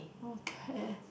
okay